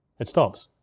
it stops.